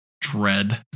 dread